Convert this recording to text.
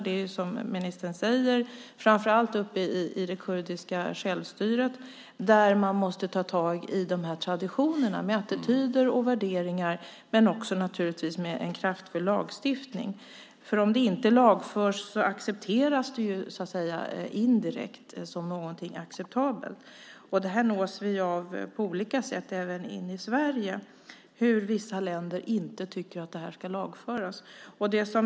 Det är, som ministern säger, framför allt i det kurdiska självstyret man måste ta tag i de här traditionerna genom attityder och värderingar, men också naturligtvis genom en kraftfull lagstiftning. Om det inte lagförs accepteras det indirekt. Även i Sverige nås vi på olika sätt av hur vissa länder inte tycker att det här ska lagföras.